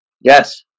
Yes